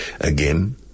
Again